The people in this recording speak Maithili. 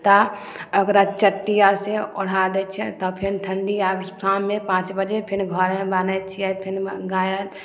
तऽ ओकरा चट्टी आर से ओढ़ा दै छिए तब फेन ठण्डी आबै शाममे पाँच बजे फेन घरमे बान्है छिए फेन गाइ